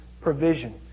provision